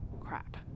crap